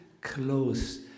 close